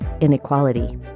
inequality